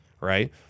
right